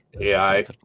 AI